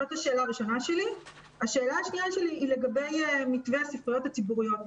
השאלה השנייה שלי היא לגבי מתווה הספריות הציבוריות.